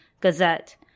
Gazette